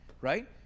right